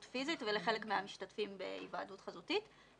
פיסית ולחלק מהמשתתפים בהיוועדות חזותית,